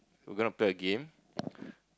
we gonna play a game